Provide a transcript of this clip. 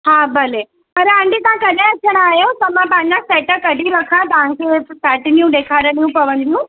हा भले पर आंटी तव्हां कॾहिं अचिणा आहियो त मां तव्हां जा सेट कढी रखां तव्हांखे पैटिनियूं ॾेखारिणियूं पवंदियूं